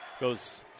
Goes